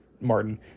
martin